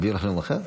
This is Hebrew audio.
הביאו לך נאום אחר?